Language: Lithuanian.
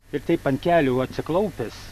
ir teip ant kelių atsiklaupęs